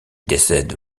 décède